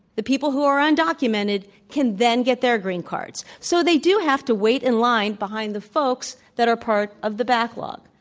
the people who are undocumented can then get their green cards. so they do have to wait in line behind the folks that are part of the backlog.